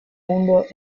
mundo